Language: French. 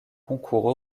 concours